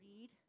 read